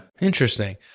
Interesting